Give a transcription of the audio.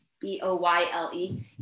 B-O-Y-L-E